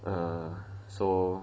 err so